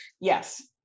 Yes